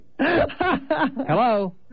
Hello